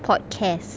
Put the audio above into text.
podcast